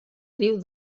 riu